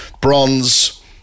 bronze